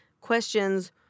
questions